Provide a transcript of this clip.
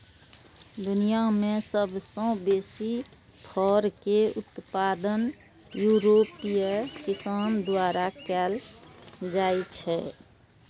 दुनिया मे सबसं बेसी फर के उत्पादन यूरोपीय किसान द्वारा कैल जाइ छै